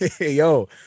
Yo